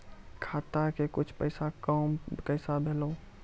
खाता के कुछ पैसा काम कैसा भेलौ?